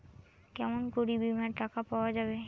কেমন করি বীমার টাকা পাওয়া যাবে?